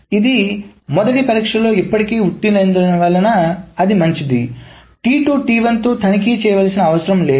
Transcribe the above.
ఇది మొదటి పరీక్షలో ఇప్పటికే ఉత్తీర్ణులైనందున అది మంచిది తో తనిఖీ చేయవలసిన అవసరం లేదు